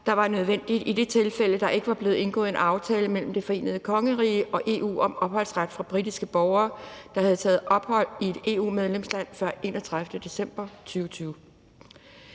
der var nødvendigt i det tilfælde, der ikke var blevet indgået en aftale mellem Det Forenede Kongerige og EU om opholdsret for britiske borgere, der havde taget ophold i et EU-medlemsland før 31. december 2020.